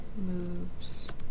moves